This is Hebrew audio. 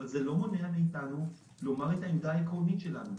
אבל זה לא מונע מאתנו לומר את העמדה העקרונית שלנו.